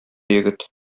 егет